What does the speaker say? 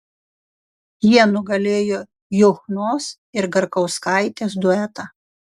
jie nugalėjo juchnos ir garkauskaitės duetą